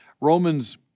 Romans